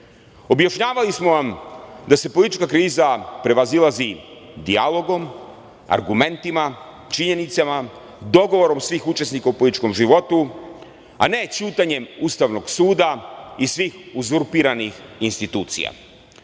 veku. Objašnjavali smo vam da se politička kriza prevazilazi dijalogom, argumentima, činjenicama, dogovorom svih učesnika u političkom životu, a ne ćutanjem Ustavnog suda i svih uzurpiranih institucija. Na